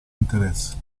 interesse